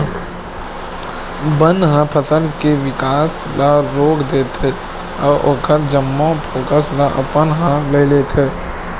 बन ह फसल के बिकास ल रोक देथे अउ ओखर जम्मो पोसक ल अपन ह ले लेथे